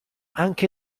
anche